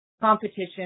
competition